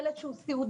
ילד שהוא סיעודי,